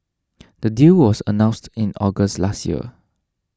the deal was announced in August last year